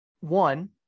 one